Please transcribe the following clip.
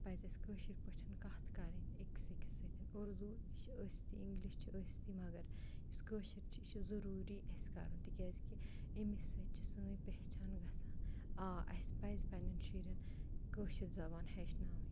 پَزِ اَسہِ کٲشِر پٲٹھۍ کَتھ کَرٕنۍ أکِس أکِس سۭتۍ اُردو یہِ چھِ ٲستٕے اِنٛگلِش چھِ ٲستٕے مگر یُس کٲشِر چھِ یہِ چھِ ضٔروٗری اَسہِ کَرُن تِکیٛازِکہِ ایٚمی سۭتۍ چھِ سٲنۍ پہچان گژھان آ اَسہِ پَزِ پنٛنٮ۪ن شُرٮ۪ن کٲشِر زبان ہیٚچھناوٕنۍ